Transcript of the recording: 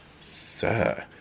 sir